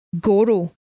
Goro